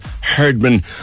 Herdman